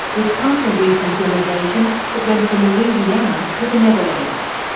was part of a recent delegation that went from louisiana to the netherlands.